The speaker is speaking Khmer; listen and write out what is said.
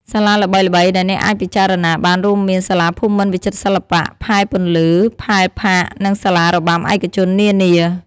សាលាល្បីៗដែលអ្នកអាចពិចារណាបានរួមមាន សាលាភូមិន្ទវិចិត្រសិល្បៈ ផែពន្លឺ ផេលផាក និងសាលារបាំឯកជននានា។